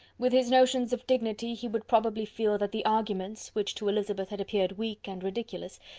with his notions of dignity, he would probably feel that the arguments, which to elizabeth had appeared weak and ridiculous,